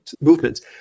movements